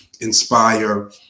inspire